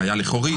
ראיה לכאורית.